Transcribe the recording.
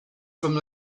from